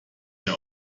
mehr